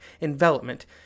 envelopment